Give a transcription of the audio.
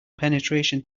penetration